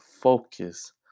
focus